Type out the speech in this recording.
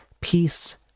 Peace